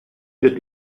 wird